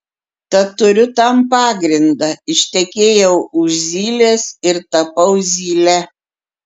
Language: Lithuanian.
tad turiu tam pagrindą ištekėjau už zylės ir tapau zyle